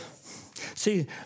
See